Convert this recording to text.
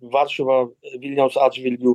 varšuva vilniaus atžvilgiu